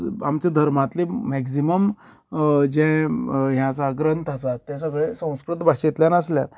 आमचो धर्मातले मॅगजीमम जे हे आसा ग्रंथ आसात तें सगळे संस्कृत भाशेतल्यान आसले